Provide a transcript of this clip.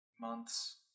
months